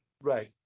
Right